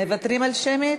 מוותרים על שמית?